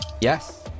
yes